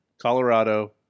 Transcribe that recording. Colorado